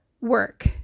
work